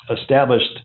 established